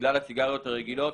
בגלל סיגריות רגילות.